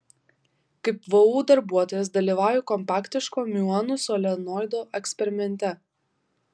kaip vu darbuotojas dalyvauju kompaktiško miuonų solenoido eksperimente